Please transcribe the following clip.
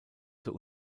zur